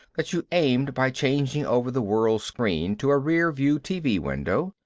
that you aimed by changing over the world screen to a rear-view tv window,